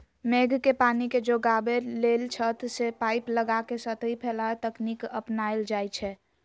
मेघ के पानी के जोगाबे लेल छत से पाइप लगा के सतही फैलाव तकनीकी अपनायल जाई छै